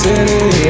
City